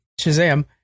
Shazam